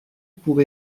pour